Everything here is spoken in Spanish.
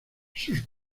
sus